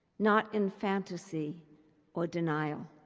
not in fantasy or denial.